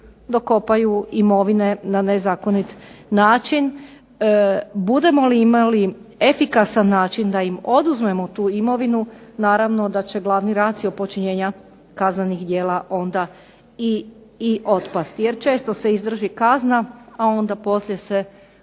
dokopaju imovine na nezakonit način. Budemo li imali efikasan način da im oduzmemo tu imovinu naravno da će glavni racio počinjenja kaznenih djela onda i otpasti. Jer često se izdrži kazna, a onda poslije se